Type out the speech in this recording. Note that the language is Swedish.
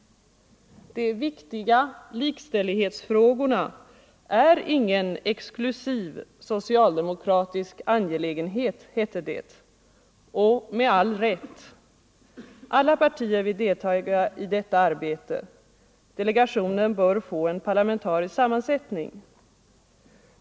De viktiga likställighetsfrågorna är ingen exklusiv socialdemokratisk angelägenhet, hette det. Och med all rätt! Alla partier vill deltaga i detta arbete. Delegationen bör få en parlamentarisk sammansättning.